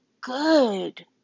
good